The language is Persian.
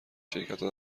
شرکتها